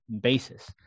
basis